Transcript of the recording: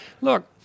Look